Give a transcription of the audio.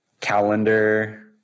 calendar